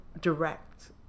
direct